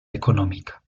económica